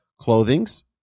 clothings